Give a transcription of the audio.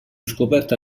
scoperta